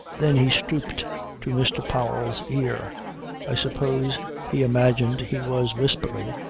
then he stooped to mr. powell's ear i suppose he imagined he was whispering,